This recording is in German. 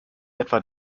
etwa